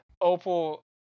Opal